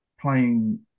Playing